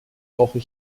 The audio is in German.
brauche